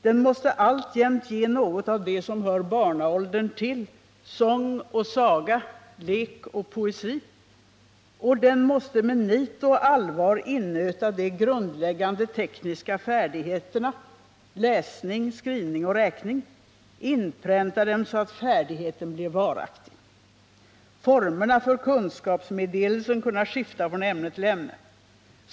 Den måste alltjämt ge något av det som hör barnaåldern till, sång och saga, lek och poesi, och den måste med nit och allvar innöta de grundläggande tekniska färdigheterna, läsning, skrivning och räkning, inpränta dem så att färdigheten blir varaktig. Formerna för kunskapsmeddelelsen kunna skifta från ämne till ämne.